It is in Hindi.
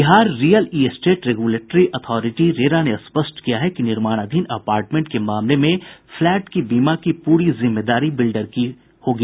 Bihar real estate regulatory authority RERA ने स्पष्ट किया है कि निर्माणाधीन अपार्टमेंट के मामले में फ्लैट की बीमा की पूरी जिम्मेदारी बिल्डर की है